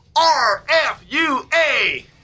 R-F-U-A